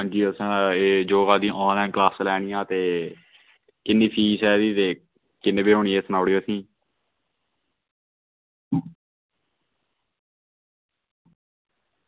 हां जी एह् असें योगा दियां ऑनलाइन क्लॉसां लैनियां ते किन्नी फीस ऐ एह्दी ते किन्ने दिन होनी ऐ एह् सनाई ओड़ेओ असेंगी